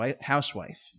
housewife